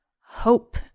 hope